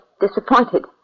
disappointed